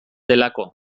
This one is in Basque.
delako